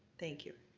thank you.